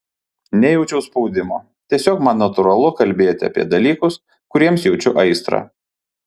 nejaučiu spaudimo tiesiog man natūralu kalbėti apie dalykus kuriems jaučiu aistrą